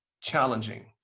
challenging